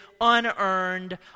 unearned